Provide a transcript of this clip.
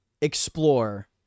explore